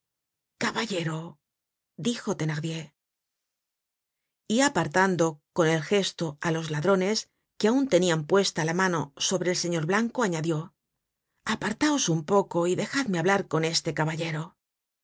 caballero dijo thenardier y apartando con el gesto á los ladrones que aun tenian puesta la mano sobre el señor blanco añadió apartaos un poco y dejadme hablar con este caballero